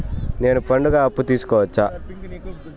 నేను పండుగ అప్పు తీసుకోవచ్చా?